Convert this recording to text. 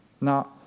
Now